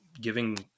giving